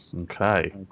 Okay